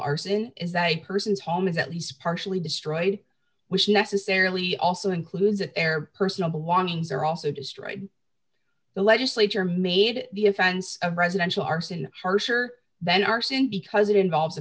arson is that a person's home is at least partially destroyed which necessarily also includes a fair personal belongings are also destroyed the legislature made the offense of residential arson harsher than arson because it involves a